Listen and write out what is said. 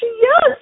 yes